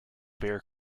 bear